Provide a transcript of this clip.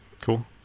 Cool